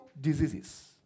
diseases